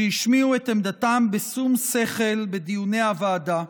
שהשמיעו את עמדתם בשום שכל בדיוני הוועדה.